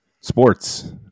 sports